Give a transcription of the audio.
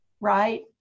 right